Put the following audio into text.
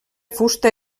fusta